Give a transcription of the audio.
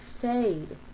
fade